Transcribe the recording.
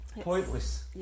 Pointless